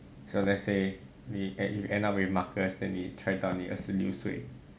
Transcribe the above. so let's say 你 end up with marcus then 你 try 到你二十六岁